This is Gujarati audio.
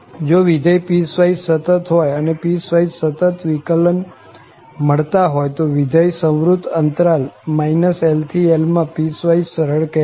જો વિધેય પીસવાઈસ સતત હોય અને પીસવાઈસ સતત વિકલન મળતા હોય તો વિધેય સંવૃત અંતરાલ LL માં પીસવાઈસ સરળ કહેવાય